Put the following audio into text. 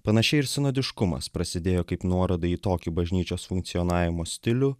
panašiai ir sinodiškumas prasidėjo kaip nuoroda į tokį bažnyčios funkcionavimo stilių